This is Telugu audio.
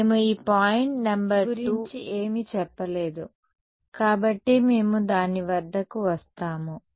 కాబట్టి మేము ఈ పాయింట్ నంబర్ 2 గురించి ఏమీ చెప్పలేదు కాబట్టి మేము దాని వద్దకు వస్తాము